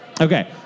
Okay